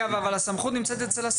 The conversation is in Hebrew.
אבל הסמכות נמצאת אצל השר.